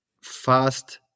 fast